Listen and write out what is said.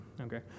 Okay